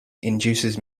induces